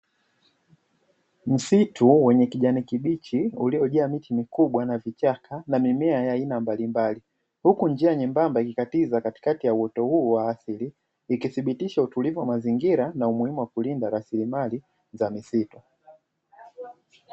Msitu wenye kijani kibichi uliojaa miche mikubwa na vichaka na mimea ya aina mbalimbali, huku njia nyembamba ikikatiza katikati ya uoto huu wa asili. Ikiithibitisha utulivu wa mazingira na umuhimu wa kulinda mazingira na lasilimali za msitu.